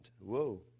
Whoa